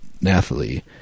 Nathalie